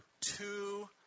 two